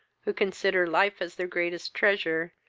who consider life as their greatest treasure,